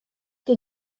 que